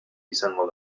izango